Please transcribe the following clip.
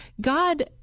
God